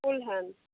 full hand